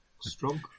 Strong